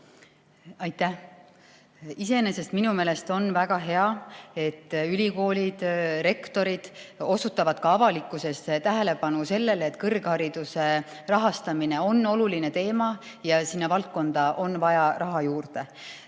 Aitäh! Iseenesest on minu meelest väga hea, et ülikoolide rektorid juhivad ka avalikkuse tähelepanu sellele, et kõrghariduse rahastamine on oluline teema ja sinna valdkonda on vaja raha juurde.